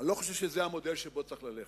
ואני לא חושב שזה המודל שבו צריך ללכת.